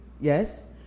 Yes